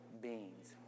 beings